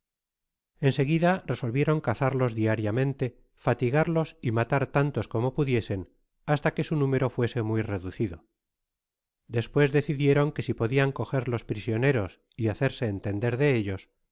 seguida resolvieron cazarlos diariamente fatigarlos y matar tantos como pudiesen basta que su número fuese muy reducido despues decidieron que si podian coger los prisioneros y hacerse entender de